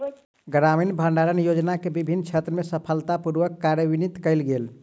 ग्रामीण भण्डारण योजना के विभिन्न क्षेत्र में सफलता पूर्वक कार्यान्वित कयल गेल